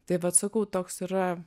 tai vat sakau toks yra